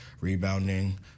rebounding